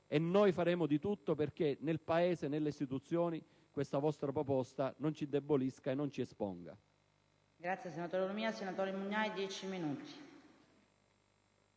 Noi faremo di tutto perché nel Paese, nelle istituzioni questa vostra proposta non ci indebolisca e non ci esponga.